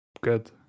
good